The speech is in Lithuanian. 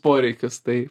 poreikius tai